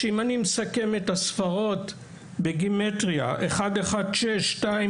אם אני מסכם את הספרות בגימטרייה 116244